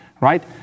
right